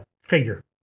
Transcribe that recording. figure